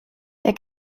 der